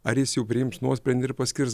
ar jis jau priims nuosprendį ir paskirs